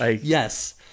Yes